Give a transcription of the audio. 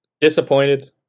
disappointed